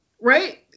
right